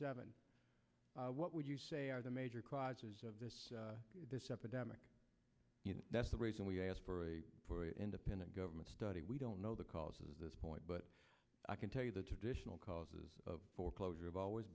seven what would you say are the major causes of this epidemic that's the reason we asked for an independent government study we don't know the cause of this point but i can tell you the traditional causes of four closure have always